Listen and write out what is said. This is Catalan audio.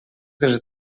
dels